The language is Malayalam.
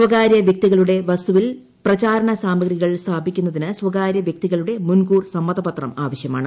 സ്വാകര്യ വൃക്തികളുടെ വസ്തുവിൽ പ്രചാരണ സാമഗ്രികള് സ്ഥാപിക്കുന്നതിന് സ്വകാര്യ വ്യക്തികളുടെ മുൻകൂർ സമ്മതപത്രം ആവശ്യമാണ്